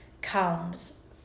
comes